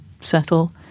settle